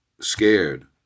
scared